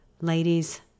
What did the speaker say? ladies